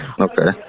Okay